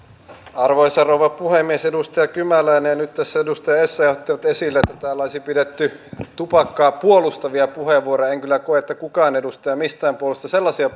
arvoisa rouva puhemies edustaja kymäläinen ja nyt tässä edustaja essayah ottivat esille että täällä olisi pidetty tupakkaa puolustavia puheenvuoroja en kyllä koe että kukaan edustaja mistään puolueesta sellaisia